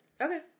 Okay